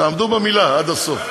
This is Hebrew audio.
תעמדו במילה עד הסוף.